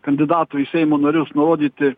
kandidatų į seimo narius nurodyti